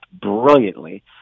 brilliantly